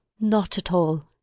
not at all!